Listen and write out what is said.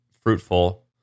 fruitful